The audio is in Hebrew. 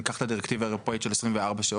ניקח את הדירקטיבה האירופאית של 24 שעות,